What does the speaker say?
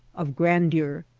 of grandeur,